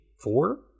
four